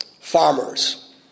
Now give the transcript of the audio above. farmers